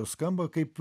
skamba kaip